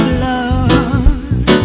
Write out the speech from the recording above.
love